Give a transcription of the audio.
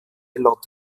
laut